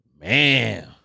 Man